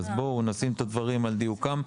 אז בואו נשים את הדברים על דיוקם.